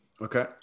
Okay